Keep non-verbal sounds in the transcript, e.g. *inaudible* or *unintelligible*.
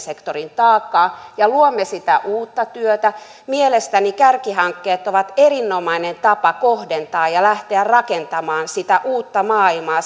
sektorimme taakkaa ja luomme sitä uutta työtä mielestäni kärkihankkeet ovat erinomainen tapa kohdentaa ja lähteä rakentamaan sitä uutta maailmaa *unintelligible*